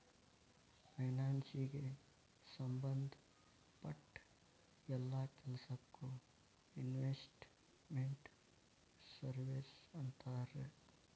ಫೈನಾನ್ಸಿಗೆ ಸಂಭದ್ ಪಟ್ಟ್ ಯೆಲ್ಲಾ ಕೆಲ್ಸಕ್ಕೊ ಇನ್ವೆಸ್ಟ್ ಮೆಂಟ್ ಸರ್ವೇಸ್ ಅಂತಾರ